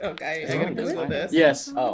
Yes